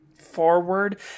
forward